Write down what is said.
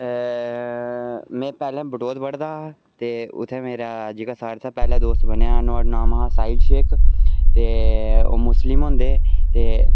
में पैह्लें बटोत पढ़दा हा ते उ'त्थें मेरा जेह्ड़ा सारे शा पैह्ला दोस्त बनेआ हा नुहाड़ा नांऽ हा साहिल शेख ते ओह् मुस्लिम होंदे ते